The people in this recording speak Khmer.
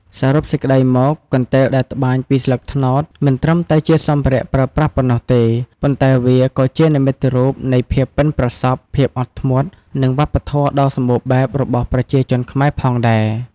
សរុបសេចក្ដីមក កន្ទេលដែលត្បាញពីស្លឹកត្នោត មិនត្រឹមតែជាសម្ភារៈប្រើប្រាស់ប៉ុណ្ណោះទេ ប៉ុន្តែវាក៏ជា និមិត្តរូបនៃភាពប៉ិនប្រសប់ ភាពអត់ធ្មត់ និងវប្បធម៌ដ៏សម្បូរបែបរបស់ប្រជាជនខ្មែរ ផងដែរ។